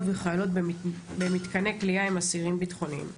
וחיילות במתקני כליאה עם אסירים ביטחוניים.